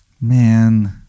Man